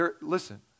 Listen